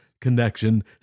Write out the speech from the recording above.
connection